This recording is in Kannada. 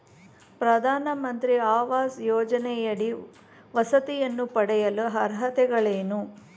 ಪ್ರಧಾನಮಂತ್ರಿ ಆವಾಸ್ ಯೋಜನೆಯಡಿ ವಸತಿಯನ್ನು ಪಡೆಯಲು ಅರ್ಹತೆಗಳೇನು?